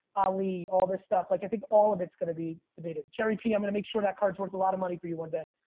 ali all this stuff, like i think all of it's gonna be debated. jerry p i'm gonna make sure that card's worth a lot of money for you one day.